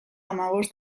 hamabost